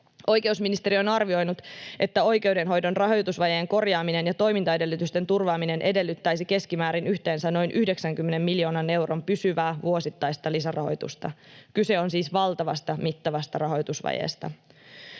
Oikeusministeriö on arvioinut, että oikeudenhoidon rahoitusvajeen korjaaminen ja toimintaedellytysten turvaaminen edellyttäisi keskimäärin yhteensä noin 90 miljoonan euron pysyvää vuosittaista lisärahoitusta. Kyse on siis valtavasta, mittavasta rahoitusvajeesta.